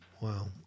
Wow